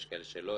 יש כאלה שלא,